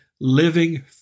living